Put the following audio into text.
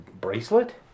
bracelet